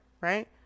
right